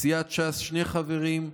סיעת ש"ס, שני חברים: